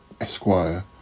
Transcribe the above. Esquire